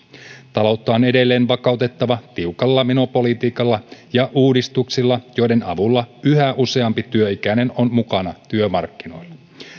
taloutta on edelleen vakautettava tiukalla menopolitiikalla ja uudistuksilla joiden avulla yhä useampi työikäinen on mukana työmarkkinoilla